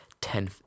Ten